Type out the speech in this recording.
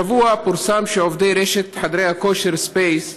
השבוע פורסם שעובדי רשת חדרי הכושר "ספייס"